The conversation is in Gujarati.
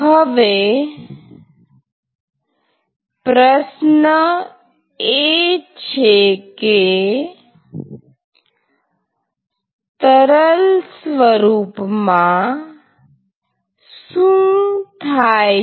હવે પ્રશ્ન એ છે કે તરલ સ્વરૂપમાં શું થાય છે